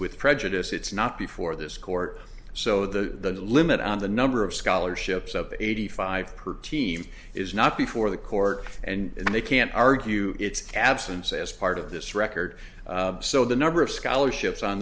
with prejudice it's not before this court so the limit on the number of scholarships of eighty five per team is not before the court and they can't argue its absence as part of this record so the number of scholarships on